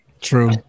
True